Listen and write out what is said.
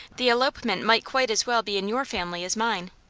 the elopement might quite as well be in your family as mine.